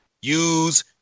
use